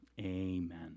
amen